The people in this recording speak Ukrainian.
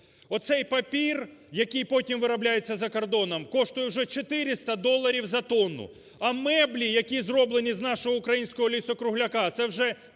Оцей папір, який потім виробляється за кордоном, коштує вже 400 доларів за тонну. А меблі, які зроблені з нашого українського лісу-кругляка, це вже